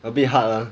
a bit hard lah